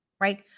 right